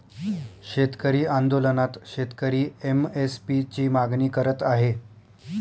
शेतकरी आंदोलनात शेतकरी एम.एस.पी ची मागणी करत आहे